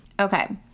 Okay